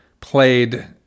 played